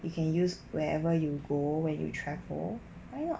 you can use wherever you go when you travel why not